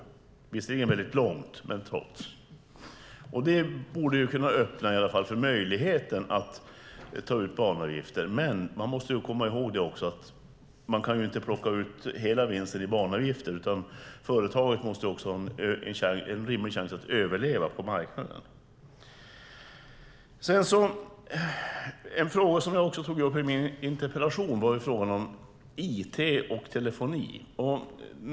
Det är visserligen väldigt långt men är trots allt detta. Det borde kunna öppna för möjligheten att ta ut banavgifter. Men man måste komma ihåg att man inte kan plocka ut hela vinsten i banavgifter. Företagen måste också ha en rimlig chans att överleva på marknaden. En fråga som jag tog upp i min interpellation var frågan om it och telefoni.